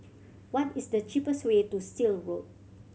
what is the cheapest way to Still Road